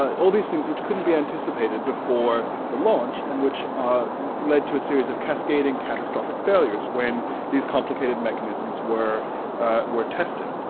all these things which couldn't be anticipated before the launch and which led to a series of cascading catastrophic failures when these complicated mechanisms were were tested.